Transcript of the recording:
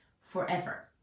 forever